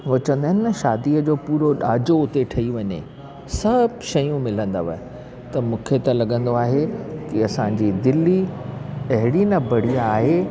हूअं चवंदा आहिनि न शादी जो पूरो ॾाजो उते ठही वञे सभु शयूं मिलंदव त मूंखे त लॻंदो आहे त असांजी दिल्ली अहिड़ी न बढ़िया आहे